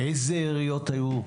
איזה עיריות היו?